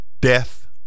death